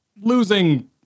losing